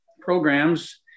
programs